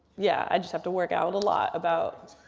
yeah, i just have to work out a lot about